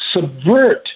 subvert